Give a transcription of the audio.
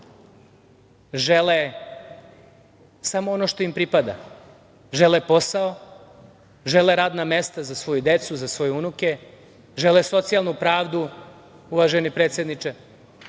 žele samo ono što im pripada, žele posao, žele radna mesta za svoju decu, za svoje unuke, žele socijalnu pravdu, uvaženi predsedniče,